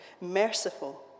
merciful